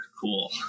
Cool